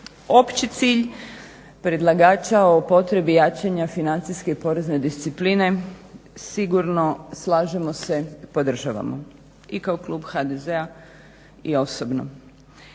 Opći cilj predlagača o potrebi jačanja financijske i porezne discipline sigurno slažemo se podržavamo i kao klub HDZ-a i osobno.